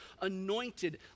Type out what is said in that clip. anointed